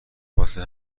واسه